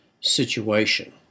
situation